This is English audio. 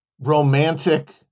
romantic